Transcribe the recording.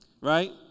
right